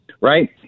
right